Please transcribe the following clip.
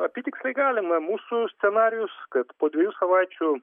apytiksliai galima mūsų scenarijus kad po dviejų savaičių